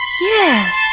Yes